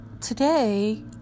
today